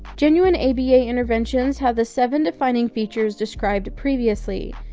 genuine aba interventions have the seven defining features described previously.